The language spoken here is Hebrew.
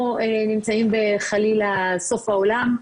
נמצאים בחלילה סוף העולם.